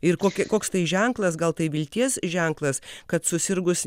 ir kokį koks tai ženklas gal tai vilties ženklas kad susirgus